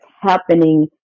happening